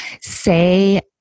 say